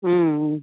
ಹ್ಞೂ ಹ್ಞೂ